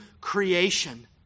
creation